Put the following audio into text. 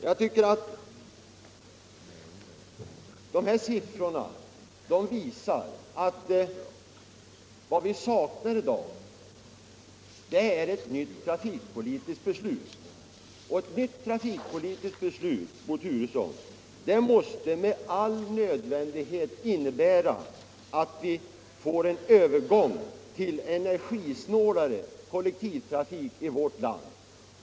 Jag tycker att de siffror jag tidigare nämnt visar att vad vi i dag saknar är ett nytt trafikpolitiskt beslut, och ett sådant, Bo Turesson, måste med all nödvändighet innebära att vi får en övergång till en energisnålare kollektiv trafik i vårt land.